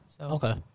Okay